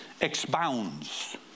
expounds